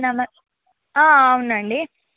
నమ అవునండి